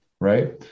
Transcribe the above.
right